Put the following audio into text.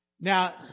Now